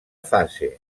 fase